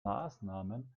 maßnahmen